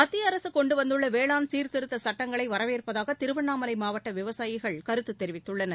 மத்தியஅரசுகொண்டுவந்துள்ளவேளாண் சீர்திருத்தசட்டங்களைவரவேற்பதாகதிருவண்ணாமலைமாவட்டவிவசாயிகள் கருத்துதெரிவித்துள்ளனர்